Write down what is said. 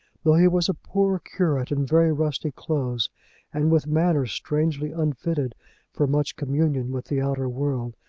though he was a poor curate in very rusty clothes and with manner strangely unfitted for much communion with the outer world,